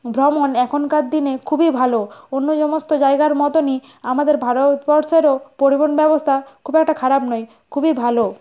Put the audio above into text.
ভ্রমণ এখনকার দিনে খুবই ভালো অন্য সমস্ত জায়গার মতোনই আমাদের ভারতবর্ষেরও পরিবহন ব্যবস্থা খুব একটা খারাপ নয় খুবই ভালো